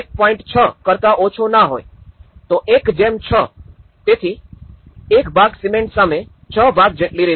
૬ કરતા ઓછો ન હોય તો ૧૬ તેથી ૧ સિમેન્ટ સામે ૬ ભાગ જેટલી રેતી